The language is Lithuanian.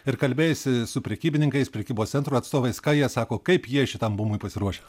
ir kalbėjaisi su prekybininkais prekybos centrų atstovais ką jie sako kaip jie šitam bumui pasiruošę